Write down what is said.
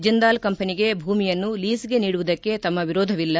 ಜಿಂದಾಲ್ ಕಂಪನಿಗೆ ಭೂಮಿಯನ್ನು ಲೀಸ್ಗೆ ನೀಡುವುದಕ್ಕೆ ತಮ್ಮ ವಿರೋಧವಿಲ್ಲ